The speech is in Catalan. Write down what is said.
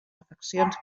afeccions